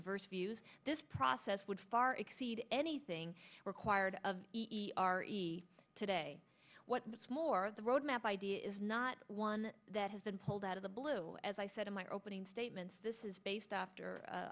diverse views this process would far exceed anything required of our today what's more the roadmap idea is not one that has been pulled out of the blue as i said in my opening statements this is based after